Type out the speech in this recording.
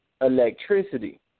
electricity